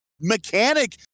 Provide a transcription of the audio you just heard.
mechanic